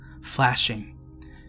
flashing